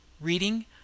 Reading